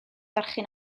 barchu